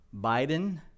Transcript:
Biden